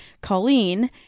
colleen